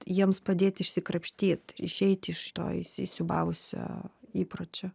jiems padėti išsikrapštyt išeiti iš to įsisiūbavusio įpročio